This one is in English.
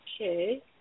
Okay